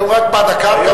והוא רק משלם בעד הקרקע.